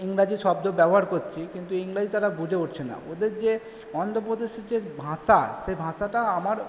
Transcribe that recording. ইংরাজি শব্দ ব্যবহার করছি কিন্তু ইংরাজি তারা বুঝে উঠছে না ওদের যে অন্ধ্রপ্রদেশের যে ভাষা সে ভাষাটা আমার